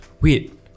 wait